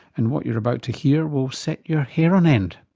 and what you're about to hear will set your hair on end.